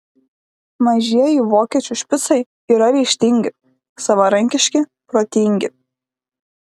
mažieji vokiečių špicai yra ryžtingi savarankiški protingi